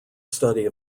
study